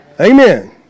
Amen